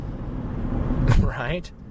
Right